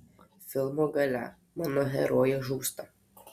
filmo gale mano herojė žūsta